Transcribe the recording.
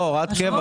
זאת הוראת קבע.